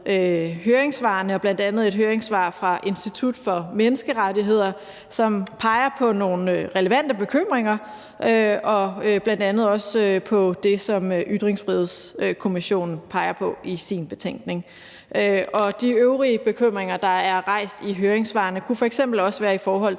høringssvarene, bl.a. et høringssvar fra Institut for Menneskerettigheder, som peger på nogle relevante bekymringer og bl.a. også på det, som Ytringsfrihedskommissionen peger på i sin betænkning. De øvrige bekymringer, der er givet udtryk for i høringssvarene, kunne f.eks. også nævnes det